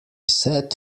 said